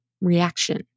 reaction